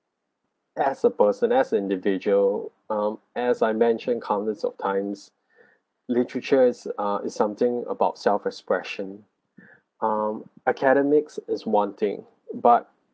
as a person as an individual um as I mentioned countless of times literature's ah is something about self expression um academics is one thing but